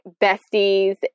besties